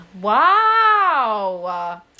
Wow